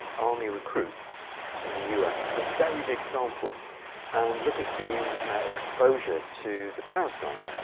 army recruits in the us with a very big sample and look at the exposure to the parasite,